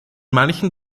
manchen